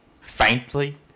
Faintly